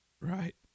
Right